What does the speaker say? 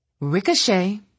Ricochet